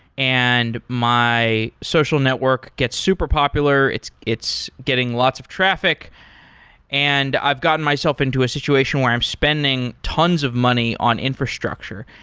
and my social network gets super popular, it's it's getting lots of traffic and i've gotten myself into a situation where i'm spending tons of money on infrastructure.